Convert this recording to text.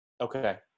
Okay